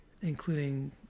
including